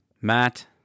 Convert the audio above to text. Matt